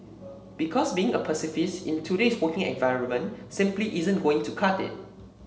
because being a pacifist in today's working environment simply isn't going to cut it